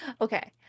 Okay